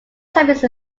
solvents